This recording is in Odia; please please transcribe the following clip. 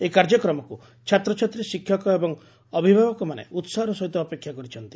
ଏହି କାର୍ଯ୍ୟକ୍ରମକୁ ଛାତ୍ରଛାତ୍ରୀ ଶିକ୍ଷକ ଏବଂ ଅଭିଭାବକମାନେ ଉହାହର ସହିତ ଅପେକ୍ଷା କରିଛନ୍ତି